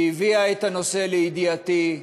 שהביאה את הנושא לידיעתי,